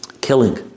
killing